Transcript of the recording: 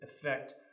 effect